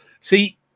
See